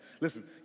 listen